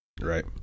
right